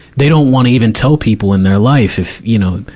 they don't wanna even tell people in their life if, you know,